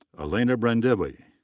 alena brandewie.